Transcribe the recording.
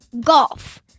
Golf